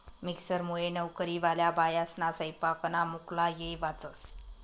मिक्सरमुये नवकरीवाल्या बायास्ना सैपाकना मुक्ला येय वाचस